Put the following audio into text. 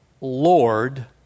Lord